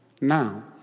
Now